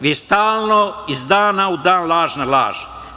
Vi stalno iz dana u dan laž na laž.